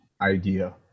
idea